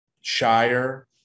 shire